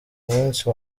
umunsi